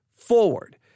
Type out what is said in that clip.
forward